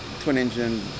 twin-engine